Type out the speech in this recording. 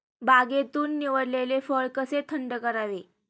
बागेतून निवडलेले फळ कसे थंड करावे?